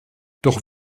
doch